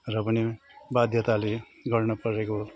र पनि बाध्यताले गर्न परेको